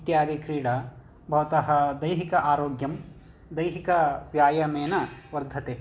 इत्यादि क्रीडा भवतः दैहिक आरोग्यं दैहिकव्यायामेन वर्धते